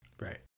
Right